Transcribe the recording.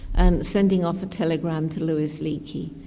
and sending off a telegram to louis leakey.